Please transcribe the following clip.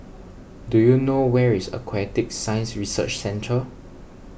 do you know where is Aquatic Science Research Centre